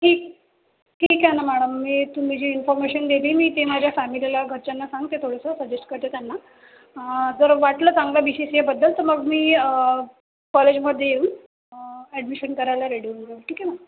ठीक आहे ठीक आहे ना मॅडम मी तुम्ही जी इन्फॉर्मेशन दिली मी ती माझ्या फॅमिलीला घरच्यांना सांगते थोडंसं सजेस्ट करते त्यांना जर वाटलं चांगलं बी सी सी एबद्दल तर मग मी कॉलेजमध्ये येऊन ॲडमिशन करायला रेडी होऊन जाईन ठीक आहे मॅम